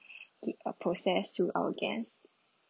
give uh process to our guests